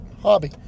hobby